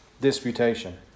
disputation